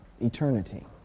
eternity